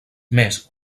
més